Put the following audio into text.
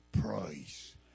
praise